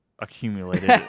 accumulated